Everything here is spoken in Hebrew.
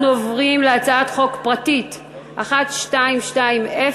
אנחנו עוברים להצעת חוק פרטית מס' 1220,